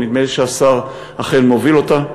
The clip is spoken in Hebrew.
ונדמה לי שהשר אכן מוביל אותה.